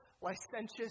licentious